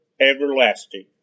everlasting